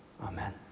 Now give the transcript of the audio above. Amen